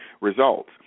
results